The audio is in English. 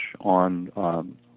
on